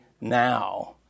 now